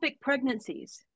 pregnancies